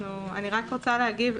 אני רוצה להגיב.